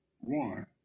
one